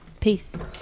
peace